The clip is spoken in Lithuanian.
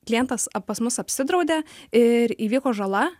klientas pas mus apsidraudė ir įvyko žala